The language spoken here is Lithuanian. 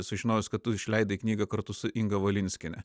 sužinojus kad tu išleidai knygą kartu su inga valinskiene